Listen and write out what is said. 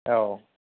औ